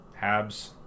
Habs